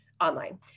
online